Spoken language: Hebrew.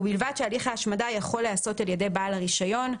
ובלבד שהליך ההשמדה יכול להיעשות על ידי בעל הרישיון.